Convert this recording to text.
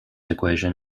equation